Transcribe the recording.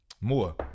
More